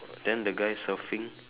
then the guy surfing